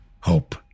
Hope